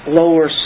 lower